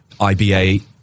IBA